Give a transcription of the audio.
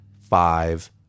five